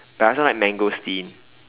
but I also like mangosteen